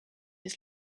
his